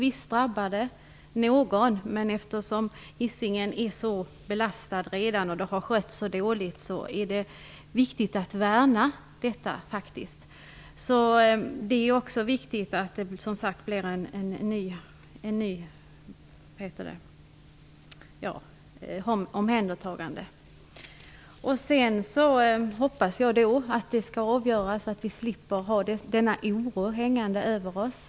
Visst drabbar detta någon, men eftersom Hisingen redan är så belastat och det hela har skötts så dåligt är detta viktigt att värna, och det är viktigt med ett nytt omhändertagande. Jag hoppas att frågan kommer till ett avgörande så att vi slipper ha denna oro hängande över oss.